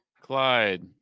Clyde